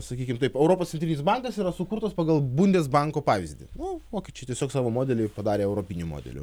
sakykim taip europos centrinis bankas yra sukurtas pagal bundės banko pavyzdį vokiečiai tiesiog savo modelį padarė europiniu modeliu